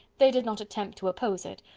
they did not attempt to oppose it,